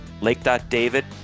lake.david